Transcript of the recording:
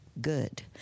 good